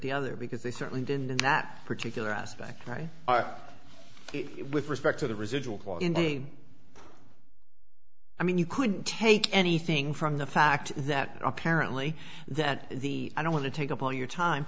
the other because they certainly didn't in that particular aspect write it with respect to the residual i mean you couldn't take anything from the fact that apparently that the i don't want to take up all your time